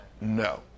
No